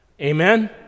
Amen